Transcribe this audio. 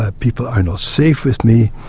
ah people are not safe with me',